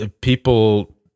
people